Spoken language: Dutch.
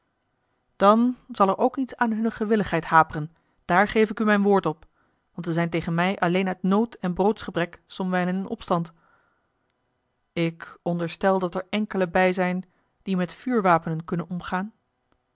dan zal er ook niets aan hunne gewilligheid haperen daar geef ik u mijn woord op want ze zijn tegen mij alleen uit nood en broodsgebrek somwijlen in opstand ik onderstel dat er enkelen bij zijn die met vuurwapenen kunnen omgaan